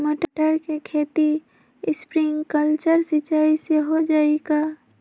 मटर के खेती स्प्रिंकलर सिंचाई से हो जाई का?